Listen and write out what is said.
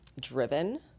driven